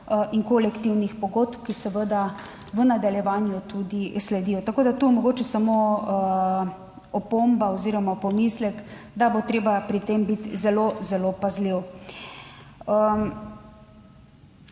in kolektivnih pogodb, ki seveda v nadaljevanju tudi sledijo. Tako da, tu je mogoče samo opomba oziroma pomislek, da bo treba pri tem biti zelo, zelo pazljiv.